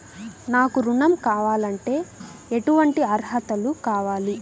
నాకు ఋణం కావాలంటే ఏటువంటి అర్హతలు కావాలి?